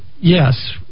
yes